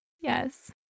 Yes